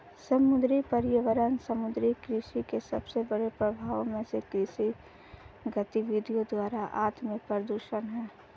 समुद्री पर्यावरण समुद्री कृषि के सबसे बड़े प्रभावों में से कृषि गतिविधियों द्वारा आत्मप्रदूषण है